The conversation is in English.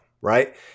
right